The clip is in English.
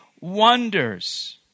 wonders